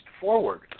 forward